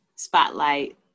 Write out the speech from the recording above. spotlight